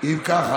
אם ככה,